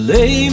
Lay